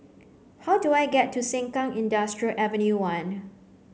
how do I get to Sengkang Industrial Ave one